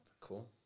Cool